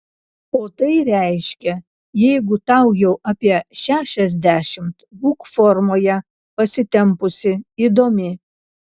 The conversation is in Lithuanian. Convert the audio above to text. o tai reiškia jeigu tau jau apie šešiasdešimt būk formoje pasitempusi įdomi